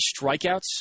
strikeouts